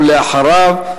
ואחריו,